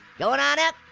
goin' on up,